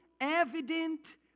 evident